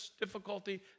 difficulty